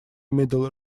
middle